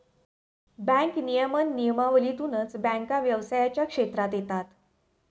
bank नियमन नियमावलीतूनच बँका व्यवसायाच्या क्षेत्रात येतात